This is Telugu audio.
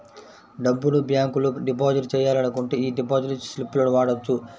డబ్బును బ్యేంకులో డిపాజిట్ చెయ్యాలనుకుంటే యీ డిపాజిట్ స్లిపులను వాడొచ్చు